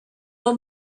old